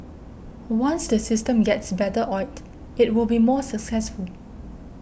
once the system gets better oiled it will be more successful